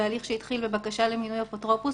בהליך שהתחיל בבקשה למינוי אפוטרופוס,